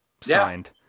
signed